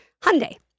Hyundai